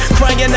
Crying